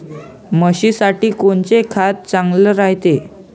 म्हशीसाठी कोनचे खाद्य चांगलं रायते?